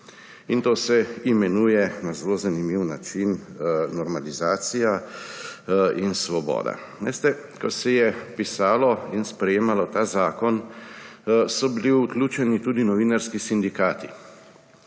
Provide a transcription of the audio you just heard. In to se imenuje na zelo zanimiv način – normalizacija in svoboda. Veste, ko se je pisalo in sprejemalo ta zakon, so bili vključeni tudi novinarski sindikati.